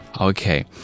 Okay